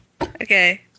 Okay